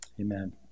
Amen